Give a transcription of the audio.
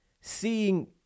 seeing